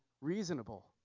reasonable